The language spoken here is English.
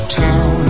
town